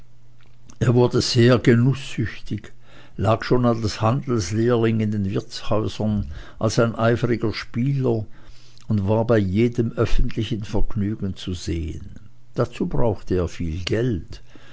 er wurde sehr genußsüchtig lag schon als handelslehrling in den wirtshäusern als ein eifriger spieler und war bei jedem öffentlichen vergnügen zu sehen dazu brauchte er viel geld